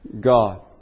God